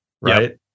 right